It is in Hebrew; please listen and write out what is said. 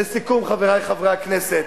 לסיכום, חברי חברי הכנסת,